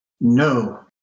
No